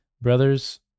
Brothers